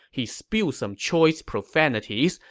he spewed some choice profanities,